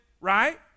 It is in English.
Right